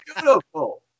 beautiful